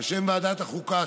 בשם ועדת החוקה,